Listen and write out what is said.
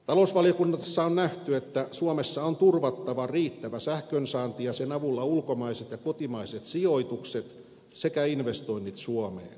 talousvaliokunnassa on nähty että suomessa on turvattava riittävä sähkönsaanti ja sen avulla ulkomaiset ja kotimaiset sijoitukset sekä investoinnit suomeen